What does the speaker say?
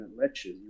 lectures